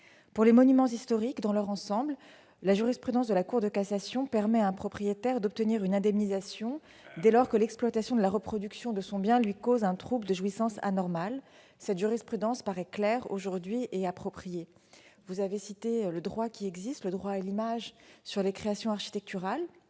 Pour les monuments historiques dans leur ensemble, la jurisprudence de la Cour de cassation permet à un propriétaire d'obtenir une indemnisation dès lors que l'exploitation de la reproduction de son bien lui cause un trouble de jouissance anormal. Cette jurisprudence paraît suffisante, claire et appropriée. Comme vous l'indiquez vous-même, le droit à l'image sur les créations architecturales